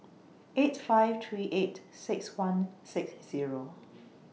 eight five three eight six one six Zero